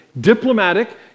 diplomatic